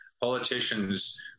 Politicians